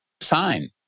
sign